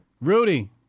Rudy